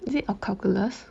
is it a calculus